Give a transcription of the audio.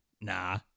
Nah